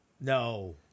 No